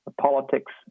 politics